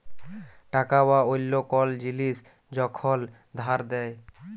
টাকা বা অল্য কল জিলিস যখল ধার দেয়